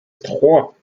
trois